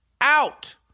out